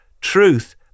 truth